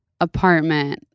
apartment